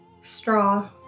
straw